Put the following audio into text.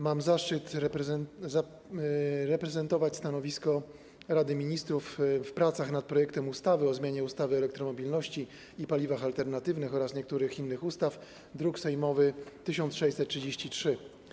Mam zaszczyt zaprezentować stanowisko Rady Ministrów wobec projektu ustawy o zmianie ustawy o elektromobilności i paliwach alternatywnych oraz niektórych innych ustaw, druk sejmowy nr 1633.